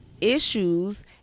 issues